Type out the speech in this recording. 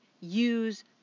use